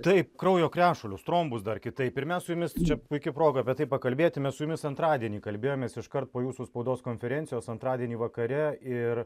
taip kraujo krešulius trombus dar kitaip ir mes su jumis čia puiki proga apie tai pakalbėti mes su jumis antradienį kalbėjomės iškart po jūsų spaudos konferencijos antradienį vakare ir